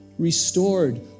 restored